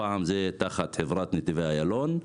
הפעם זה תחת חברת נתיבי איילון.